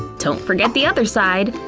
don't forget the other side!